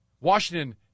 Washington